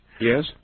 Yes